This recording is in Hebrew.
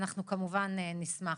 אנחנו כמובן נשמח.